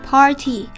Party